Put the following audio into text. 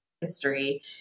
history